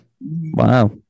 Wow